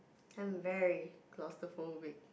I'm very claustrophobic